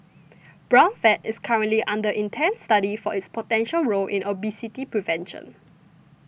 brown fat is currently under intense study for its potential role in obesity prevention